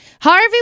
Harvey